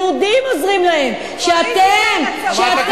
אבל שהיהודים עוזרים להם, שאתם עוזרים להם?